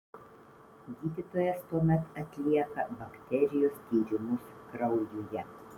gydytojas tuomet atlieka bakterijos tyrimus kraujuje